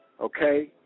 Okay